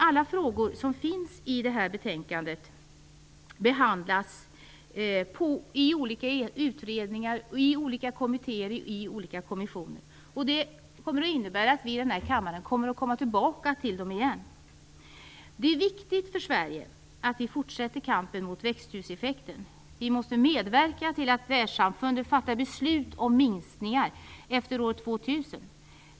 Alla frågor som tas upp i det här betänkandet behandlas i olika utredningar, kommittéer och kommissioner. Det innebär att vi i den här kammaren kommer att komma tillbaka till dem igen. Det är viktigt för Sverige att vi fortsätter kampen mot växthuseffekten. Vi måste medverka till att världssamfundet fattar beslut om minskningar efter år 2000.